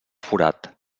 forat